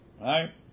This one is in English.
Right